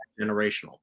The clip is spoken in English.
generational